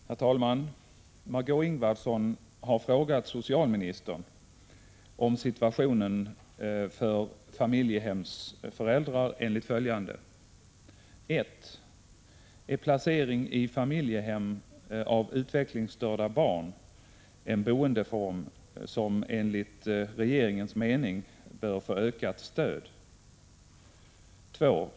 Herr talman! Margö Ingvardsson har frågat socialministern om situationen för familjehemsföräldrar enligt följande: 1. Är placering i familjehem av utvecklingsstörda barn en boendeform som enligt regeringens mening bör få ökat stöd? 2.